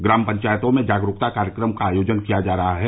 ग्राम पंचायतों में जागरूकता कार्यक्रम का आयोजन किया जा रहा है